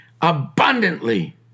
abundantly